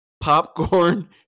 popcorn